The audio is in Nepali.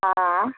अँ